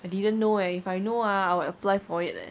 I didn't know eh if I know ah I will apply for it leh